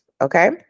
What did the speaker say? Okay